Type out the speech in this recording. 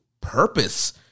purpose